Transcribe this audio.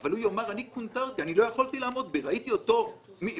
הוא יוכל לומר אני קונטרתי אני ראיתי אותו מגיע